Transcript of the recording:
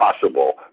possible